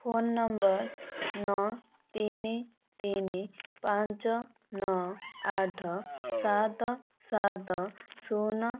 phone number ନଅ ତିନି ତିନି ପାଞ୍ଚ ନଅ ଆଠ ସାତ ସାତ ଶୂନ